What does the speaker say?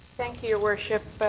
thank you, your worship.